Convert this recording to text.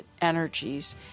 energies